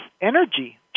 energy